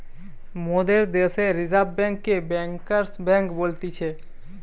মোদের দ্যাশে রিজার্ভ বেঙ্ককে ব্যাঙ্কার্স বেঙ্ক বলতিছে